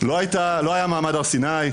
לא היה מעמד הר סיני.